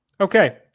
Okay